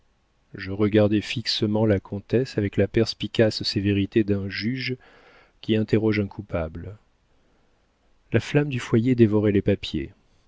je regardai fixement la comtesse avec la perspicace sévérité d'un juge qui interroge un coupable la flamme du foyer dévorait les papiers